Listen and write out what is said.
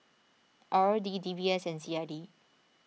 R O D D B S and C I D